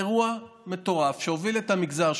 אירוע מטורף שהוביל את המגזר,